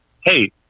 hey